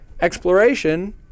Exploration